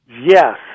Yes